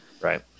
Right